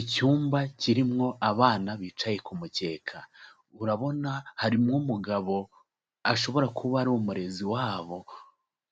Icyumba kirimo abana bicaye ku mukeka, urabona harimo umugabo ashobora kuba ari umurezi wabo,